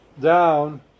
Down